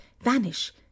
Vanish